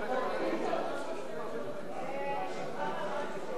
הצעת סיעות חד"ש רע"ם-תע"ל בל"ד להביע אי-אמון בממשלה לא נתקבלה.